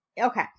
okay